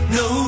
no